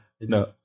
no